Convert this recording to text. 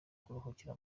kuruhukira